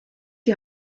die